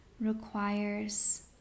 requires